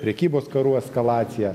prekybos karų eskalacija